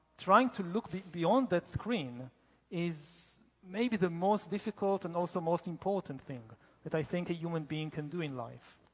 trying to look beyond that screen is maybe the most difficult and also most important thing that i think a human being can do in life.